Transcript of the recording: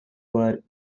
were